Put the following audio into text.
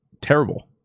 terrible